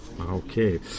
Okay